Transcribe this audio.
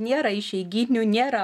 nėra išeiginių nėra